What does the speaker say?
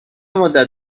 مدت